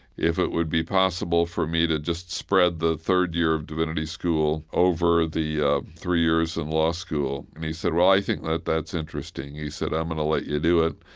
if it would be possible for me to just spread the third year of divinity school over the three years in law school. and he said, well, i think that that's interesting he said, i'm going to let you do it.